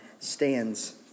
stands